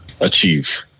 achieve